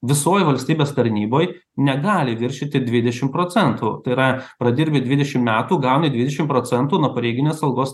visoj valstybės tarnyboj negali viršyti dvidešim procentų tai yra pradirbi dvidešim metų gauni dvidešim procentų nuo pareiginės algos